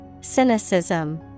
Cynicism